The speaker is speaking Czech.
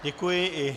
Děkuji.